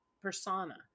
persona